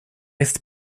jest